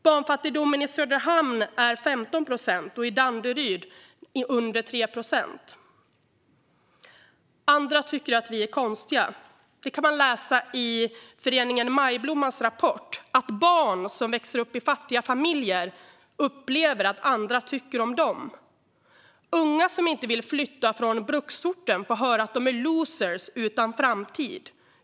Barnfattigdomen i Söderhamn är 15 procent men under 3 procent i Danderyd. "Andra tycker att vi är konstiga." Detta kan man läsa i föreningen Majblommans rapport att barn som växer upp i fattiga familjer upplever att andra tycker om dom. Unga som inte vill flytta från bruksorten får höra att de är losers utan framtid.